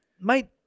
mate